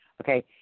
okay